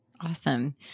Awesome